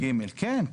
כן,